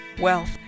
wealth